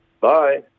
Bye